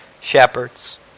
shepherds